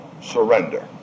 surrender